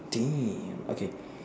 damn okay